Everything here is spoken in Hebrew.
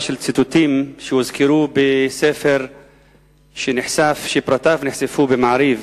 של ציטוטים שהוזכרו בספר שפרטיו נחשפו ב"מעריב"